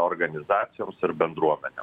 organizacijoms ir bendruomene